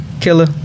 Killer